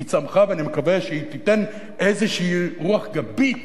היא צמחה ואני מקווה שהיא תיתן איזו רוח גבית